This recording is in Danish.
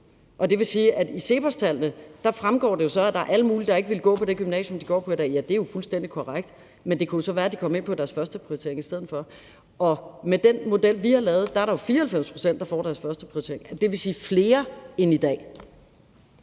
Det vil sige, at i CEPOS-tallene fremgår det, at der er alle mulige, der ikke ville gå på det gymnasium, de går på i dag. Ja, det er jo fuldstændig korrekt, men det kunne så være, at de kom ind på deres første prioritering i stedet for. Og med den model, vi har lavet, er der jo 94 pct., der får deres første prioritering – dvs. flere end i dag.